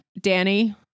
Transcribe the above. Danny